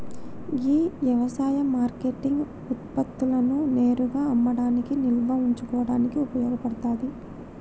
గీ యవసాయ మార్కేటింగ్ ఉత్పత్తులను నేరుగా అమ్మడానికి నిల్వ ఉంచుకోడానికి ఉపయోగ పడతాది